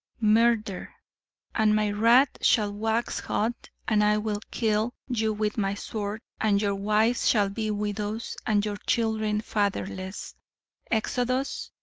murder and my wrath shall wax hot, and i will kill you with my sword and your wives shall be widows and your children fatherless exodus